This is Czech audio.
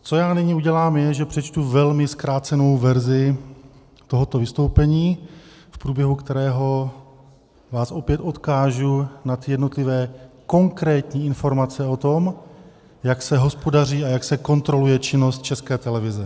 Co já nyní udělám, je, že přečtu velmi zkrácenou verzi tohoto vystoupení, v průběhu kterého vás opět odkážu na ty jednotlivé konkrétní informace o tom, jak se hospodaří a jak se kontroluje činnost České televize.